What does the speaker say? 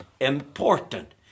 important